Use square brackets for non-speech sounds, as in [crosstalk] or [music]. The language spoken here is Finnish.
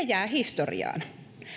[unintelligible] jää historiaan